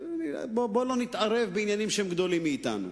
בוא לא נתערב בעניינים שהם גדולים מאתנו,